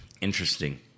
Interesting